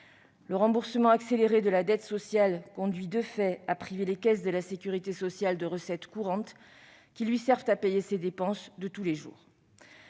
Le remboursement accéléré de la dette sociale conduit de fait à priver les caisses de la sécurité sociale de recettes courantes qui lui servent à payer ses dépenses de tous les jours.